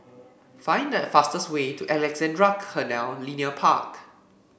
find the fastest way to Alexandra Canal Linear Park